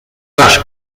gas